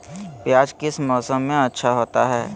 प्याज किस मौसम में अच्छा होता है?